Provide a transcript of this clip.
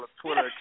Twitter